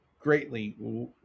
greatly